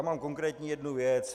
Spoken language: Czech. Mám konkrétní jednu věc.